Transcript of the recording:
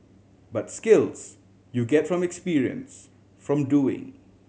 but skills you get from experience from doing